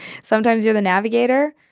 sometimes you're the navigator.